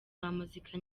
b’umuziki